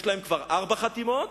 יש להם כבר ארבע חתימות.